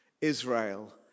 Israel